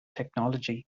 technology